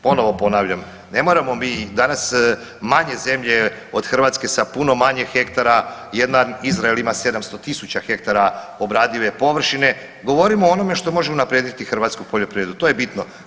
Ponovno ponavljam, ne moramo mi i danas manje zemlje od Hrvatske sa puno manje hektara, jedan Izrael ima 700 tisuća hektara obradive površine, govorimo o onome što može unaprijediti hrvatsku poljoprivredu to je bitno.